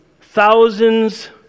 thousands